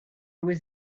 was